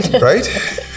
right